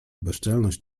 bezczelność